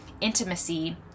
intimacy